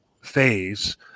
phase